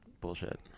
bullshit